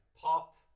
pop